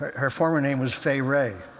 her former name was fay wray,